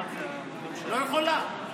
לא יכולה.